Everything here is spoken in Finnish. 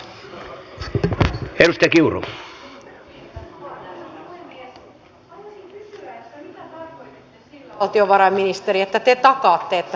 minä haluaisin kysyä mitä tarkoititte sillä valtiovarainministeri että te takaatte että säästöä syntyy